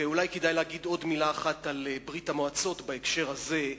ואולי כדאי להגיד עוד מלה אחת על ברית-המועצות בהקשר זה: